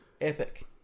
Epic